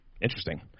Interesting